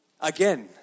Again